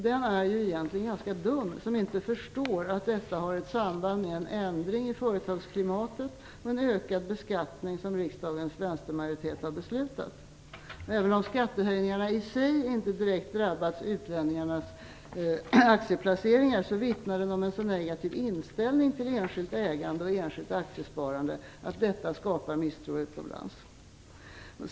Den är ju egentligen ganska dum som inte förstår att detta har ett samband med en ändring i företagsklimatet och en ökad beskattning som riksdagens vänstermajoritet har beslutat. Även om skattehöjningarna i sig inte direkt drabbat utlänningarnas aktieplaceringar vittnar det om en sådan negativ inställning till enskilt ägande och enskilt aktiesparande att detta skapar misstro utomlands.